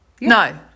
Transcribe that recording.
No